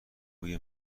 روی